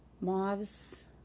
moths